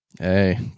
Hey